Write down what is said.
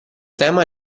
tema